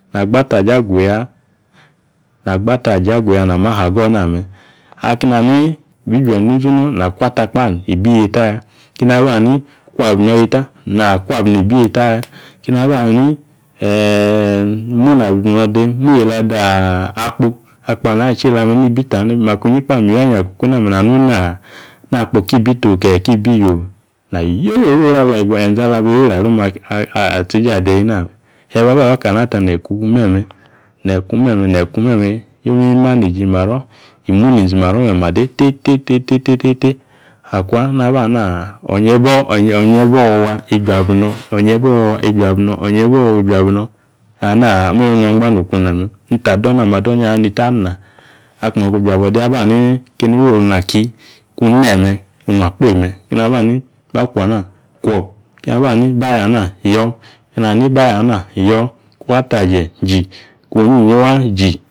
. Na gba ataje aguya, na gba ataje aguya na ami aha go̱ nami. Akeni aha ni mbi ju e̱nde̱ inzunu na kwata kpa ibi yeta ya, keni aba hani kwa abrino̱ nieta, na kwa abrino̱ ibi yeta ya. Keni aba hani mu yeela ola akpo ala chiela me̱ kibi ta. Maku inyi kpa miyianya ali kuku name̱ na nu. na akpo kibi to ke ki bi yio. E̱nze ala biriro̱ atseje adi name̱, eeyi baba ayo kana ta ne̱e̱yi ku me̱me̱ neeyi ku me̱me̱ omi manage imaro̱ imu. Ninzi imaro me̱me̱ ade tete akwa. Naba hana onyie ba owowo iju abrino nna me̱me̱ nung angba okuna me̱, nita adone ana ado̱ inyaha nita na